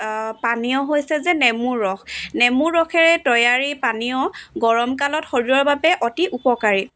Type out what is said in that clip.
পানীয় হৈছে যে নেমু ৰস নেমু ৰসে তৈয়াৰী পানীয় গৰম কালত শৰীৰৰ বাবে অতি উপকাৰী